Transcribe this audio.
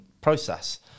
process